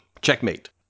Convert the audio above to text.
Checkmate